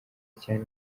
cyane